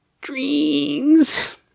dreams